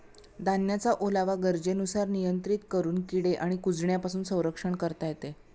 धान्याचा ओलावा गरजेनुसार नियंत्रित करून किडे आणि कुजण्यापासून संरक्षण करता येते